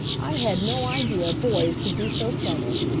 i had no idea boys could be so clever.